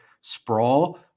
sprawl